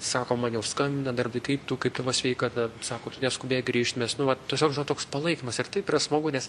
sako man jau skambina darbdaviai kaip tu kaip tavo sveikata sako tu neskubėk grįžti nes nu vat tiesiog žinot toks palaikymas ir taip yra smagu nes